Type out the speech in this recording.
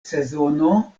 sezono